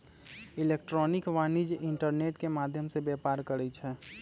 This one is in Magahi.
इलेक्ट्रॉनिक वाणिज्य इंटरनेट के माध्यम से व्यापार करइ छै